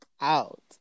out